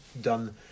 done